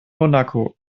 monaco